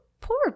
Poor